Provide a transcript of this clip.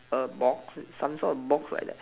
a box some sort of box like that